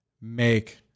make